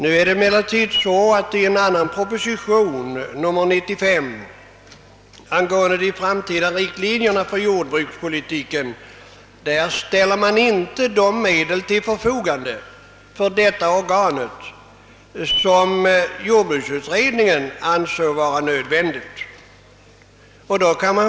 I en anan proposition, nr 95, angående de framtida riktlinjerna för jordbrukspolitiken, ställer man emellertid inte de medel till förfogande för detta organ som jordbruksutredningen ansåg nödvändiga.